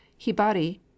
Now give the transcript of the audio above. hibari